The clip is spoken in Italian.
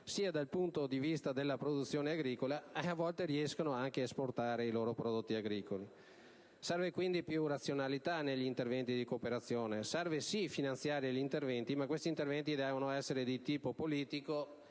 dal punto di vista della produzione agricola, e a volte riescono anche ad esportare i loro prodotti agricoli. Serve quindi più razionalità negli interventi di cooperazione; serve, sì, finanziare gli interventi, ma questi devono essere di tipo politico